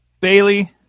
Bailey